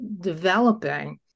developing